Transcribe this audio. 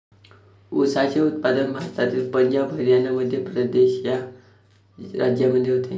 ऊसाचे उत्पादन भारतातील पंजाब हरियाणा मध्य प्रदेश या राज्यांमध्ये होते